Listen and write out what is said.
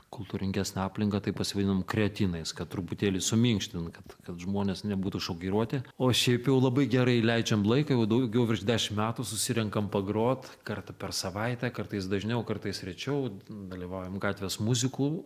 kultūringesnę aplinką tai pasivadinam kreatinais kad truputėlį suminkštint kad kad žmonės nebūtų šokiruoti o šiaip jau labai gerai leidžiam laiką jau daugiau virš dešim metų susirenkam pagrot kartą per savaitę kartais dažniau kartais rečiau dalyvaujam gatvės muzikų